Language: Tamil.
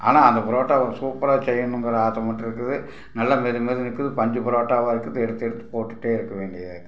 ஆனால் அந்த புரோட்டாவை சூப்பராக செய்யணுங்கிற ஆசை மட்டும் இருக்குது நல்லா மெது மெதுனு இருக்குது பஞ்சு புரோட்டாவாக இருக்குது எடுத்து எடுத்து போட்டுக்கிட்டே இருக்க வேண்டியதாக இருக்குது